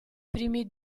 primi